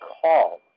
call